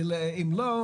אם לא,